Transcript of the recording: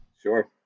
Sure